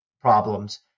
problems